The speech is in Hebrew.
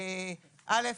א',